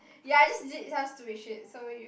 ya I just delete some stupid shit so you